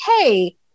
hey